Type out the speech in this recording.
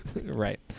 Right